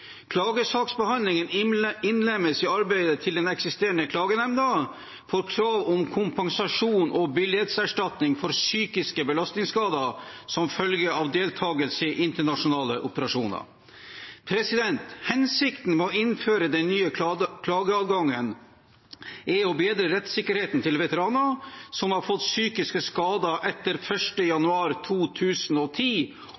Klagesaksbehandlingen innlemmes i arbeidet til den eksisterende klagenemnden for krav om kompensasjon og billighetserstatning for psykiske belastningsskader som følge av deltakelse i internasjonale operasjoner. Hensikten med å innføre den nye klageadgangen er å bedre rettssikkerheten til veteraner som har fått psykiske skader etter